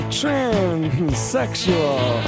transsexual